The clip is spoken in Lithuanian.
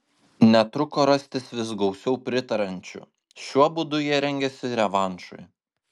netruko rastis vis gausiau pritariančių šiuo būdu jie rengėsi revanšui